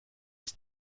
ist